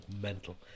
mental